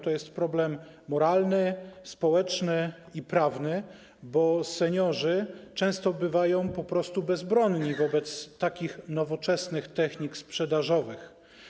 To jest problem moralny, społeczny i prawny, bo seniorzy często bywają po prostu bezbronni wobec takich nowoczesnych technik sprzedażowych.